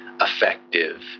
effective